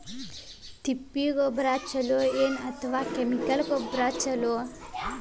ತಿಪ್ಪಿ ಗೊಬ್ಬರ ಛಲೋ ಏನ್ ಅಥವಾ ಕೆಮಿಕಲ್ ಗೊಬ್ಬರ ಛಲೋ?